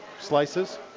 slices